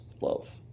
love